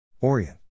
Orient